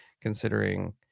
considering